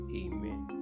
amen